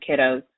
kiddos